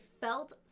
felt